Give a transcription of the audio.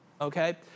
okay